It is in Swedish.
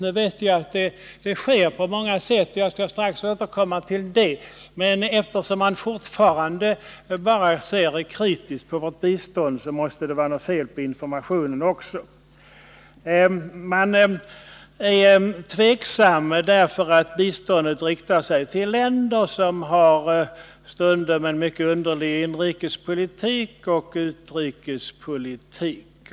Rapporteringen och utvärderingen sker f. n. på många olika sätt, och jag skall strax återkomma till den frågan. Eftersom man fortfarande ser så kritiskt på vårt bistånd måste det emellertid också vara något fel på informationen. Man är tveksam därför att biståndet stundom riktar sig till länder som har en mycket underlig inrikesoch utrikespolitik.